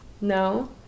No